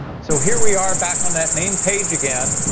so here we are back on that main page again,